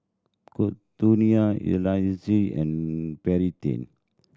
Kourtney Eliezer and Payten